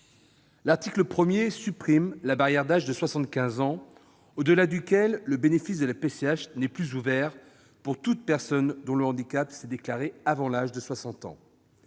L'article 1 supprime la barrière d'âge de 75 ans au-delà duquel le bénéfice de la PCH n'est plus ouvert pour une personne dont le handicap s'est déclaré avant l'âge de 60 ans.